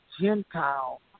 Gentile